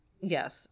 Yes